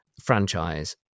franchise